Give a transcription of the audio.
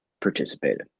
participated